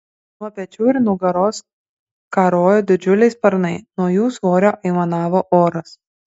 nuo pečių ir nugaros karojo didžiuliai sparnai nuo jų svorio aimanavo oras